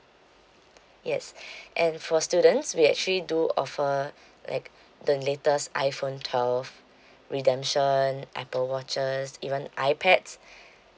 yes and for students we actually do offer like the latest iphone twelve redemption apple watches even ipads